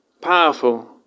powerful